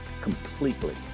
completely